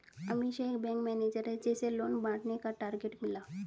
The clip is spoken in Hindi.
अमीषा एक बैंक मैनेजर है जिसे लोन बांटने का टारगेट मिला